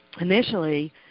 initially